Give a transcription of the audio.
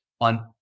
on